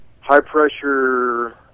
high-pressure